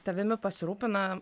tavimi pasirūpina